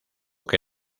que